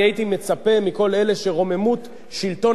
אני הייתי מצפה מכל אלה שרוממות שלטון